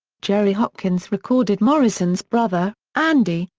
jerry hopkins recorded morrison's brother, andy,